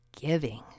giving